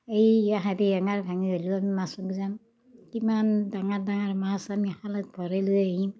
এই আশাতেই হেঙাৰ ভাঙি হ'লেও আমি মাছত যাম কিমান ডাঙৰ ডাঙৰ মাছ আমি খালত ভৰাই লৈ আহিম